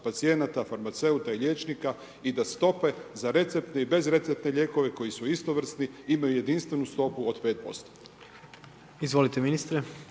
pacijenata, farmaceuta i liječnika i da stope za receptne i bez receptne lijekove koji su istovrsni imaju jedinstvenu stopu od 5%.